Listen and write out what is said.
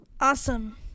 Awesome